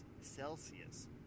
Celsius